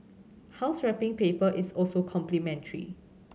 house wrapping paper is also complimentary